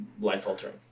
life-altering